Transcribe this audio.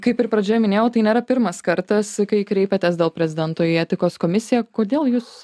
kaip ir pradžioje minėjau tai nėra pirmas kartas kai kreipiatės dėl prezidento į etikos komisiją kodėl jūs